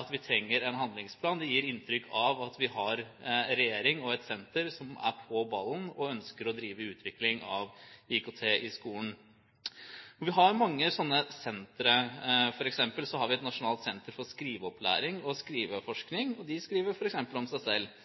at vi trenger en handlingsplan. Det gir inntrykk av at vi har en regjering og et senter som er på ballen, og som ønsker å drive utvikling av IKT i skolen. Vi har mange sånne sentre. For eksempel har vi Nasjonalt senter for skriveopplæring og skriveforsking, og de skriver f.eks. om seg selv: